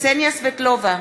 קסניה סבטלובה,